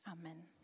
Amen